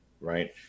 Right